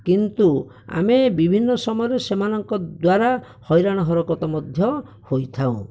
କିନ୍ତୁ ଆମେ ବିଭିନ୍ନ ସମୟରେ ସେମାନଙ୍କ ଦ୍ଵରା ହଇରାଣ ହରକତ ମଧ୍ୟ ହୋଇଥାଉ